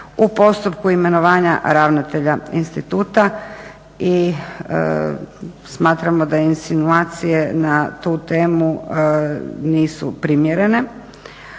u postupku imenovanja ravnatelja instituta i smatramo da insinuacije na tu temu nisu primjerene